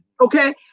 Okay